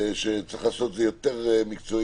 צריך לעשות את זה יותר מקצועי.